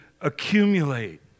accumulate